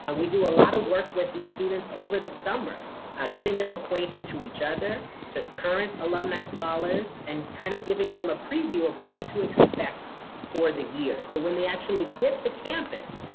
and we do a lot of work with these students over the summer getting them acquainted to each other, to current alumni scholars, and kind of giving them a preview of what to expect for the year. so when they actually get to campus,